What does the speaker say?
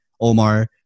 Omar